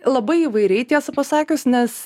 labai įvairiai tiesą pasakius nes